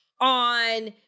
on